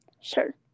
Sure